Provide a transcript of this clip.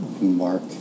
Mark